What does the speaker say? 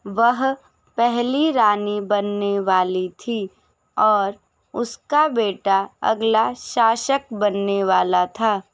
वह पहली रानी बनने वाली थी और उसका बेटा अगला शासक बनने वाला था